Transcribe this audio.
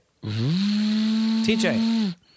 TJ